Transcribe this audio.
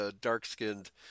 dark-skinned